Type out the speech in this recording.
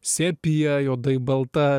sepija juodai balta